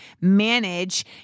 manage